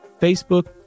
Facebook